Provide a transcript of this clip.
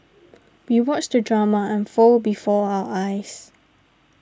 we watched the drama unfold before our eyes